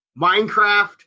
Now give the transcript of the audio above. Minecraft